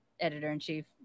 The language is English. editor-in-chief